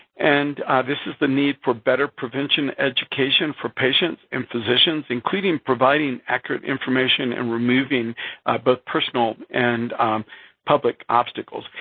and this is the need for better prevention education for patients and physicians, including providing accurate information and removing both personal and public obstacles.